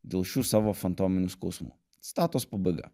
dėl šių savo fantominių skausmų citatos pabaiga